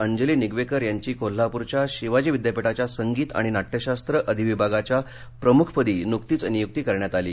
अंजली निगवेकर यांची कोल्हाप्रच्या शिवाजी विद्यापीठाच्या संगीत आणि नाट्यशास्त्र अधिविभागाच्या प्रमुखपदी नुकतीच नियुक्ती करण्यात आली